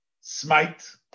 smite